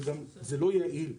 זה גם לא יעיל.